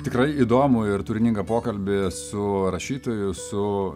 tikrai įdomų ir turiningą pokalbį su rašytoju su